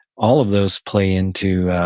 all of those play into